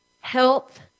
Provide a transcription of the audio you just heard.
health